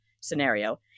scenario